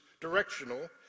directional